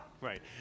Right